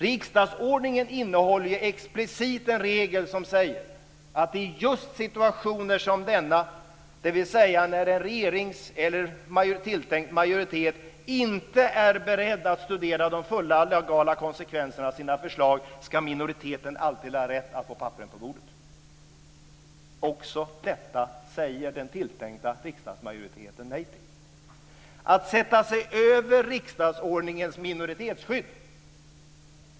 Riksdagsordningen innehåller ju explicit en regel som säger att det är just i situationer som denna, dvs. när en regering eller tilltänkt majoritet inte är beredd att studera de fulla legala konsekvenserna av sina förslag, som minoriteten alltid har rätt att få papperen på bordet. Också detta säger den tilltänkta riksdagsmajoriteten nej till. Man sätter sig över riksdagsordningens minoritetsskydd.